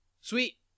Sweet